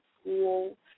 school